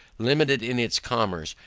limited in its commerce,